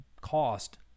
cost